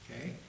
Okay